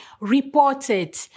reported